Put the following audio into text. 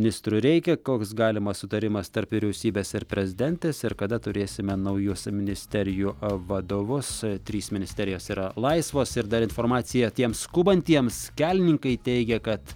ministrų reikia koks galimas sutarimas tarp vyriausybės ir prezidentės ir kada turėsime naujus ministerijų vadovus trys ministerijos yra laisvos ir dar informacija tiems skubantiems kelininkai teigia kad